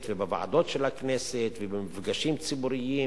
ובוועדות של הכנסת ובמפגשים ציבוריים,